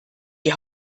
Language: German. die